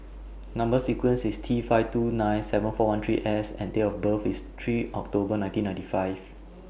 Number sequence IS T five two nine seven four one three S and Date of birth IS three October nineteen ninety five